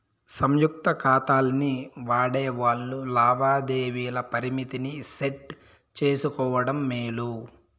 సంయుక్త కాతాల్ని వాడేవాల్లు లావాదేవీల పరిమితిని సెట్ చేసుకోవడం మేలు